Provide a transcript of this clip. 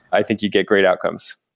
i think you get great outcomes.